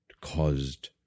caused